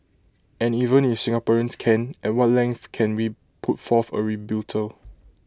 and even if Singaporeans can at what length can we put forth A rebuttal